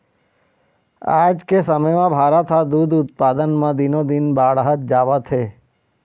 आज के समे म भारत ह दूद उत्पादन म दिनो दिन बाड़हते जावत हे